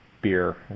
beer